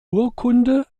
urkunde